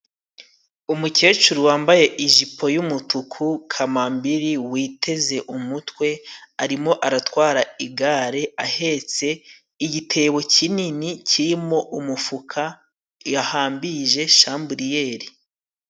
Umukecuru wambaye ijipo y’umutuku, kambambiri, witeze umutwe, arimo aratwara igare, ahetse igitebo kinini kirimo umufuka, yahambirije chambriyeli.